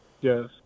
Yes